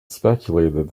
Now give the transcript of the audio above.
speculated